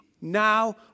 now